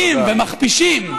באים ומכפישים,